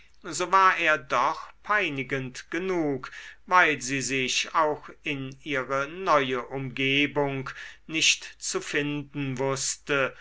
so war er doch peinigend genug weil sie sich auch in ihre neue umgebung nicht zu finden wußte